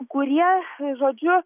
kurie žodžiu